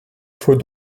faut